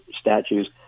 statues